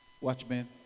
watchmen